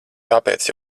tāpēc